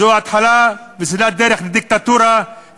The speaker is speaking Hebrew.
זו התחלה וסלילת דרך לדיקטטורה,